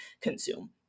consume